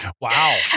Wow